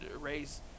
race